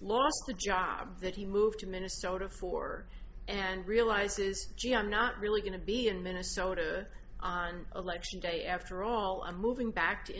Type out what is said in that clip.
lost the job that he moved to minnesota for and realizes gee i'm not really going to be in minnesota on election day after all i'm moving back to